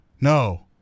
no